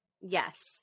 Yes